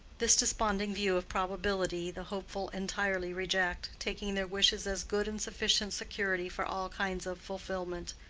this desponding view of probability the hopeful entirely reject, taking their wishes as good and sufficient security for all kinds of fulfilment.